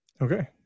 okay